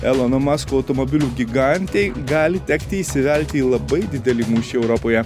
elono masko automobilių gigantei gali tekti įsivelti į labai didelį mūšį europoje